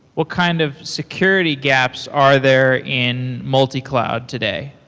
what kind of security gaps are there in multi-cloud today?